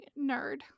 Nerd